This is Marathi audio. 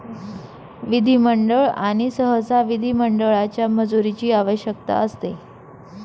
विधिमंडळ आणि सहसा विधिमंडळाच्या मंजुरीची आवश्यकता असते